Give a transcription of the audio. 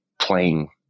playing